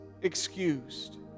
excused